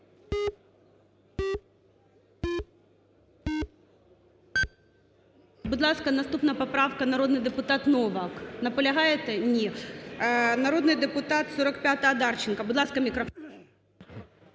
Будь ласка, наступна поправка, народний депутат Новак. Наполягаєте? Ні Народний депутат, 45-а, Одарченко. Будь ласка, мікрофон.